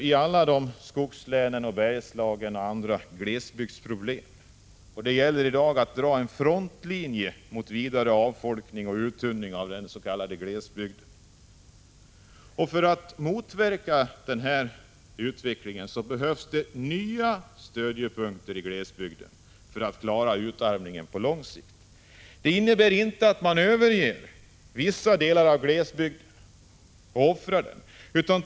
I alla skogslän, Bergslagen och andra, har vi ju glesbygdsproblem. Det gäller i dag att dra en frontlinje mot vidare avfolkning och uttunning av den s.k. glesbygden. För att motverka denna utarmning på lång sikt behövs det nya stödjepunkter i glesbygden. Det innebär inte att man överger vissa delar av glesbygden och offrar dem.